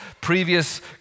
previous